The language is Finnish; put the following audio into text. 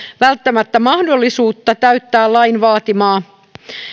välttämättä mahdollisuutta täyttää lain vaatimaa